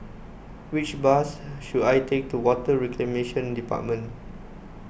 which bus should I take to Water Reclamation Department